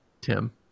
Tim